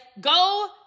go